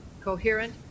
coherent